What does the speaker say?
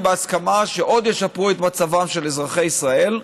בהסכמה שעוד ישפרו את מצבם של אזרחי ישראל.